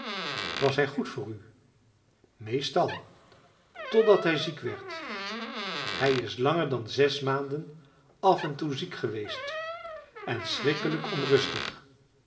was hij goed voor u meestal totdat hij ziek werd hij is langer dan zes maanden af en toe ziek geweest en schrikkelijk onrustig